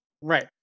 Right